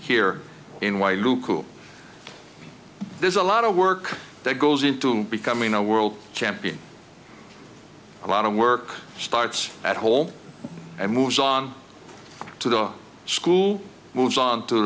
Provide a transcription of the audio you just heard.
here in why i do cool there's a lot of work that goes into becoming a world champion a lot of work starts at hole and moves on to the school moves on to